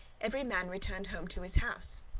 every man returned home to his house.